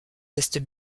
estes